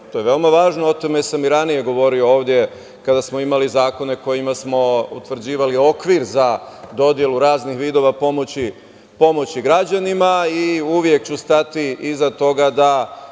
To je veoma važno, o tome sam i ranije govorio ovde kada smo imali zakone kojima smo utvrđivali okvir za dodelu raznih vidova pomoći građanima i uvek ću stati iza toga da